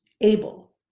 able